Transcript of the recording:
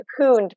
cocooned